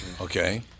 Okay